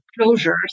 closures